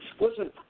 Listen